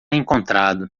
encontrado